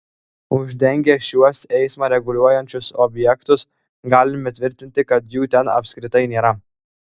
uždengę šiuos eismą reguliuojančius objektus galime tvirtinti kad jų ten apskritai nėra